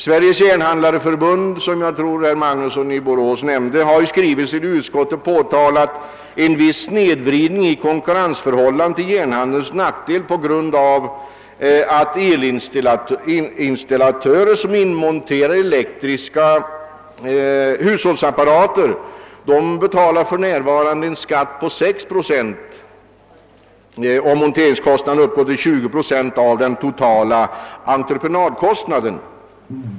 Sveriges järnhandlareförbund har i skrivelse till utskottet påtalat en viss snedvridning i konkurrensförhållandet till järnhandelns nackdel på grund av att elinstallatörer som monterar in elektriska hushållsapparater för närvarande betalar en skatt på 6 procent medan monteringskostnaden uppgår till 20 procent av den totala entreprenadkostnaden.